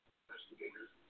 investigators